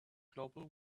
global